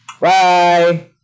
Bye